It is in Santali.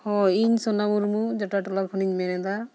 ᱦᱳᱭ ᱤᱧ ᱥᱳᱱᱟ ᱢᱩᱨᱢᱩ ᱡᱚᱴᱟ ᱴᱚᱞᱟ ᱠᱷᱚᱱᱤᱧ ᱢᱮᱱᱮᱫᱟ